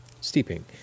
steeping